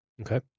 Okay